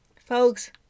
Folks